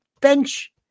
bench